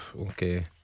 Okay